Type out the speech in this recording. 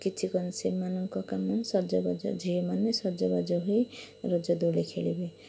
କିଛି କ'ଣ ସେମାନଙ୍କ କାମ ସଜବାଜ ଝିଅମାନେ ସଜ ହୋଇ ରଜଦୋଳି ଖେଳିବେ